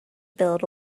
build